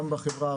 גם בחברה הערבית.